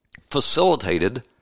facilitated